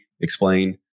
explain